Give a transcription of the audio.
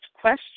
question